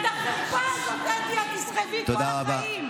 את החרפה הזאת, אתי, את תסחבי כל החיים.